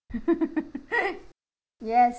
yes